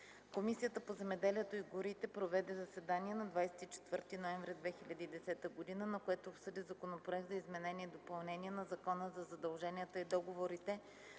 „Комисията по земеделието и горите проведе заседание на 24 ноември 2010 г., на което обсъди Законопроект за изменение и допълнение на Закона за задълженията и договорите,